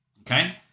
okay